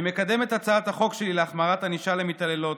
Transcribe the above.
אני מקדם את הצעת החוק שלי להחמרת ענישה למתעללות,